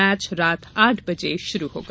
match रात आठ बजे शुरू होगा